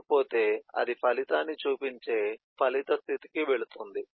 లేకపోతే అది ఫలితాన్ని చూపించే ఫలిత స్థితికి వెళుతుంది